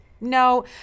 No